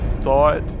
thought